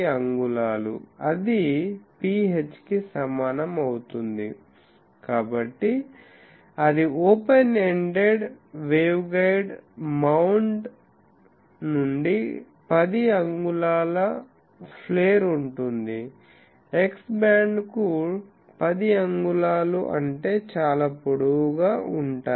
సమానం అవుతుంది కాబట్టి అది ఓపెన్ ఎండెడ్ వేవ్గైడ్ మౌండ్ నుండి 10 అంగుళాల ఫ్లేర్ ఉంటుంది X బ్యాండ్కు 10 అంగుళాలు అంటే చాలా పొడవుగా ఉంటాయి